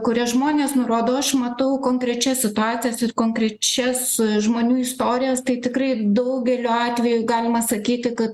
kurias žmonės nurodo aš matau konkrečias situacijas ir konkrečias žmonių istorijas tai tikrai daugeliu atveju galima sakyti kad